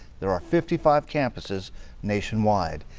the are fifty five campuses nationwide.